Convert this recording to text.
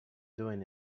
doing